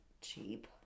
cheap